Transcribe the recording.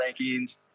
Rankings